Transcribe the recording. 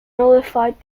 nullified